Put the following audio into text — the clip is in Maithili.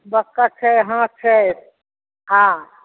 बतख छै हंस छै हँ